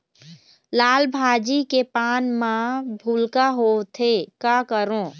लाल भाजी के पान म भूलका होवथे, का करों?